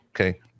okay